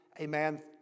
amen